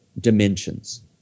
dimensions